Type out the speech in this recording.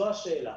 זו השאלה.